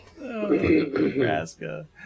Nebraska